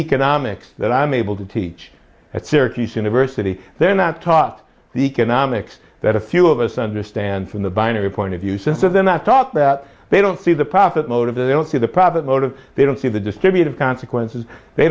economics that i'm able to teach at syracuse university they're not taught the economics that a few of us understand from the binary point of view since oh then i thought that they don't see the profit motive they don't see the profit motive they don't see the distributive consequences they